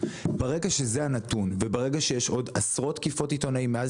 ברגע שזה הנתון וברגע שיש עוד עשרות תקיפות עיתונאים מאז